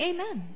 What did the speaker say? Amen